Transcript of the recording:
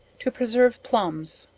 to preserve plumbs.